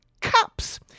Cups